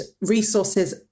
resources